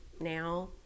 now